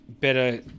better